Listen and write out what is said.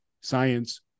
science